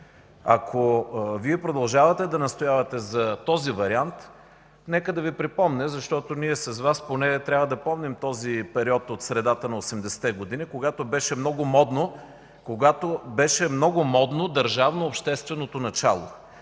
Ако продължавате да настоявате за този вариант, нека да Ви припомня, защото ние с Вас поне трябва да помним този период от средата на 80-те години, когато беше много модно държавно-общественото начало.